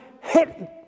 hit